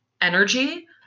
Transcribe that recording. energy